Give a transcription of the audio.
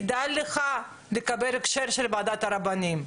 כדאי לך לקבל הכשר של ועדת הרבנים.